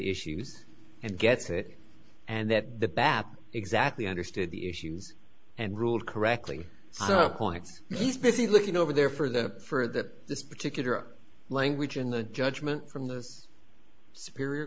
issues and gets it and that the battle exactly understood the issues and ruled correctly points he's busy looking over there for the for that this particular language in the judgment from this superior